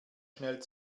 schnell